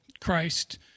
Christ